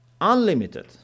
unlimited